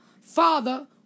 Father